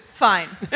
fine